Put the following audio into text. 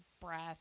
breath